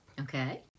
okay